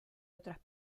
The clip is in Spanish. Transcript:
otras